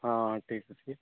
ହଁ ଠିକ୍ ଅଛି